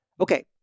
Okay